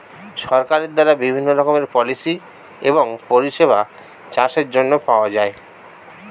সরকারের দ্বারা বিভিন্ন রকমের পলিসি এবং পরিষেবা চাষের জন্য পাওয়া যায়